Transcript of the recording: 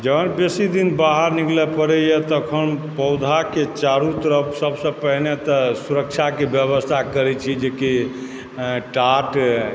जखन बेसी दिन बाहर निकलै पड़ै यऽ तखन पौधाकेँ चारुतरफ सभसँ पहिने तऽ सुरक्षाके व्यवस्था करैत छी जेकि टाँट